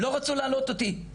לא רצו להעלות אותי,